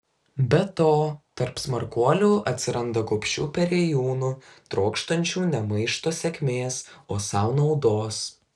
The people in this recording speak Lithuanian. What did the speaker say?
be to tarp smarkuolių atsiranda gobšių perėjūnų trokštančių ne maišto sėkmės o sau naudos